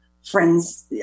Friends